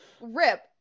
Rip